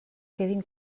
quedin